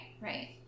Right